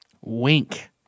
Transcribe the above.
Wink